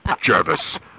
Jervis